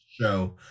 show